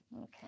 Okay